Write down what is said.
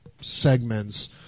segments